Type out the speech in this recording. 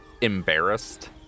embarrassed